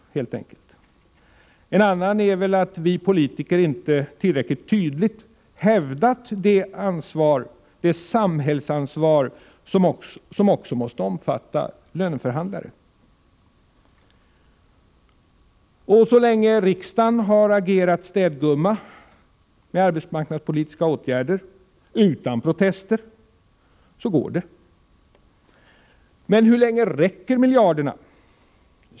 En annan är väl att vi politiker inte tillräckligt tydligt hävdat det samhällsansvar som också måste omfatta löneförhandlare. Så länge riksdagen har agerat städgumma med arbetsmarknadspolitiska åtgärder utan protester, så går det. Men hur länge räcker miljarderna?